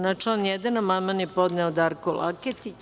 Na član 1. amandman je podneo Darko Laketić.